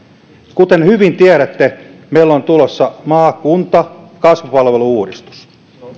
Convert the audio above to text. kuten hyvin tiedätte meillä on tulossa maakunta kasvupalvelu uudistus